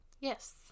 Yes